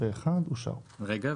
הצבעה אושר רגע,